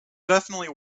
definitely